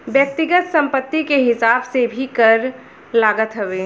व्यक्तिगत संपत्ति के हिसाब से भी कर लागत हवे